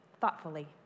thoughtfully